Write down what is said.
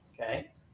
Okay